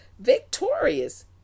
victorious